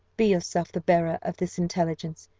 be yourself the bearer of this intelligence,